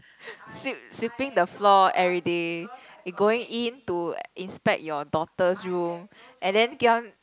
sweep sweeping the floor everyday going in to inspect your daughter's room and then keep on